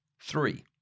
Three